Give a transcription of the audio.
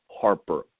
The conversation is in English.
Harper